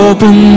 Open